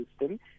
system